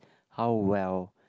how well